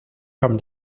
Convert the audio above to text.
from